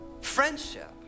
friendship